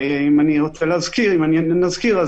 אם נזכיר,